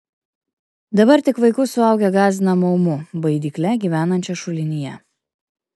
dabar tik vaikus suaugę gąsdina maumu baidykle gyvenančia šulinyje